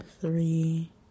three